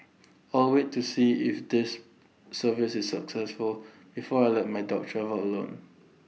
I'll wait to see if this service is successful before I let my dog travel alone